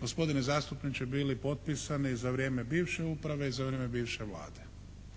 gospodine zastupniče bili potpisani za vrijeme bivše uprave i za vrijeme bivše Vlade.